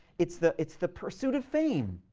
it's the it's the pursuit of fame,